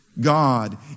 God